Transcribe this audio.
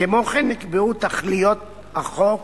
כמו כן, נקבעו תכליות החוק